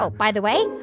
so by the way,